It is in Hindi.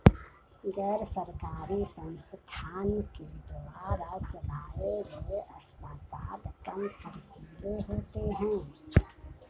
गैर सरकारी संस्थान के द्वारा चलाये गए अस्पताल कम ख़र्चीले होते हैं